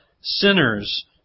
sinners